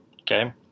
okay